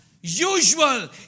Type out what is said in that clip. usual